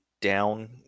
down